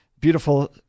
beautiful